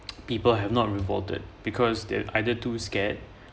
people have not rewarded because they either too scared